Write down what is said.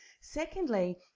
secondly